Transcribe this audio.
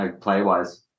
play-wise